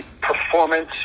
performance